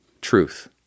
truth